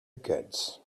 goods